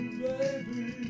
baby